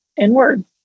inward